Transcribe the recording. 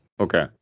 Okay